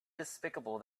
despicable